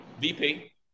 VP